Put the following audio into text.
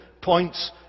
points